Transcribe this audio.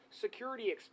security